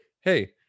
hey